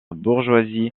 bourgeoisie